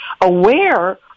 aware